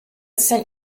sent